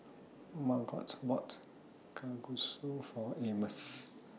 Margot bought Kalguksu For Amos